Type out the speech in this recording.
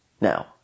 now